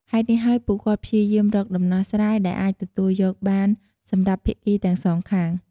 ហេតុនេះហើយ ពួកគាត់ព្យាយាមរកដំណោះស្រាយដែលអាចទទួលយកបានសម្រាប់ភាគីទាំងសងខាង។